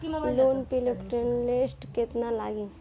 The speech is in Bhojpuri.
लोन पे इन्टरेस्ट केतना लागी?